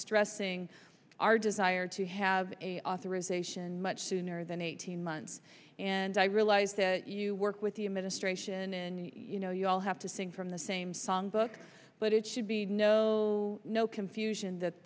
stressing our desire to have a authorisation much sooner than eighteen months and i realize that you work with the administration and you know you all have to sing from the same songbook but it should be no no confusion that